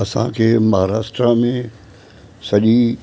असांखे महारष्ट्रा में सॼी